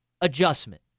adjustment